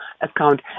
account